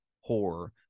horror